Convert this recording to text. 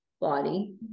body